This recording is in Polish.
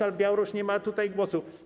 Ale Białoruś nie ma tutaj głosu.